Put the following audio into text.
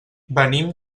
venim